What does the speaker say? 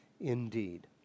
indeed